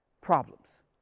problems